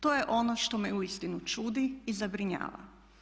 To je ono što me uistinu čuli i zabrinjava.